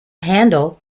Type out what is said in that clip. handle